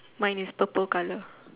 mine is purple colour